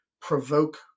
provoke